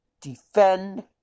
defend